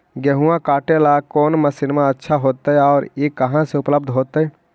गेहुआ काटेला कौन मशीनमा अच्छा होतई और ई कहा से उपल्ब्ध होतई?